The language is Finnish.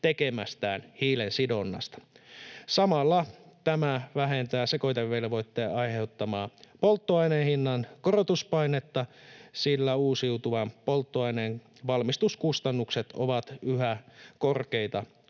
tekemästään hiilensidonnasta. Samalla tämä vähentää sekoitevelvoitteen aiheuttamaa polttoaineen hinnan korotuspainetta, sillä uusiutuvan polttoaineen valmistuskustannukset ovat yhä korkeita,